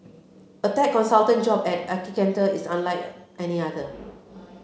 a tech consultant job at Accenture is unlike any other